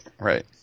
Right